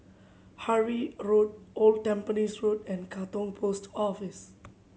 Harvey Road Old Tampines Road and Katong Post Office